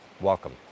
welcome